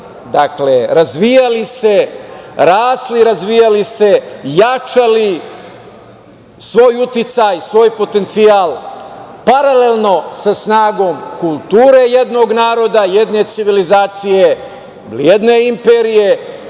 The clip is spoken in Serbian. nastajali, razvijali se, rasli i razvijali se, jačali svoj uticaj, svoj potencijal paralelno sa snagom kulture jednog naroda, jedne civilizacije, jedne imperije